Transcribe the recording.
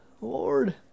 Lord